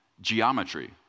geometry